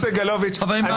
חברים,